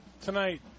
tonight